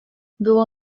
było